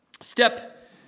Step